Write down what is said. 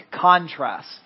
contrast